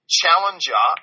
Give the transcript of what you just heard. challenger